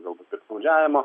galbūt piktnaudžiavimo